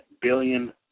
billion